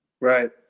Right